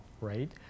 right